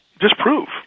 disprove